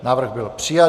Návrh byl přijat.